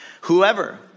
Whoever